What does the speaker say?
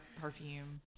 perfume